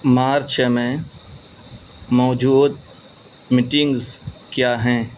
مارچ میں موجود میٹنگز کیا ہیں